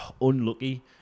unlucky